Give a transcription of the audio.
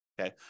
okay